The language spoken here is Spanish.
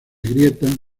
grietas